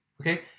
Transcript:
okay